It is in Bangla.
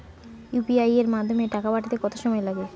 ইউ.পি.আই এর মাধ্যমে টাকা পাঠাতে কত সময় লাগে?